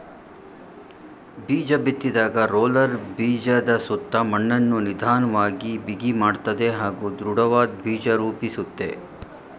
ಬೀಜಬಿತ್ತಿದಾಗ roller ಬೀಜದಸುತ್ತ ಮಣ್ಣನ್ನು ನಿಧನ್ವಾಗಿ ಬಿಗಿಮಾಡ್ತದೆ ಹಾಗೂ ದೃಢವಾದ್ ಬೀಜ ರೂಪಿಸುತ್ತೆ